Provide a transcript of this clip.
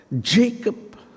Jacob